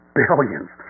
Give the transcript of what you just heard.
billions